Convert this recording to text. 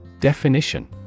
Definition